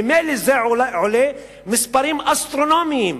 ממילא זה עולה מספרים אסטרונומיים.